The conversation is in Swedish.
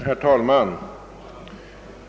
Herr talman!